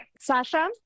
Sasha